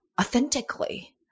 authentically